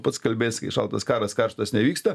pats kalbės kai šaltas karas karštas nevyksta